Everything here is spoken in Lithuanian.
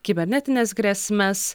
kibernetines grėsmes